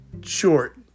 short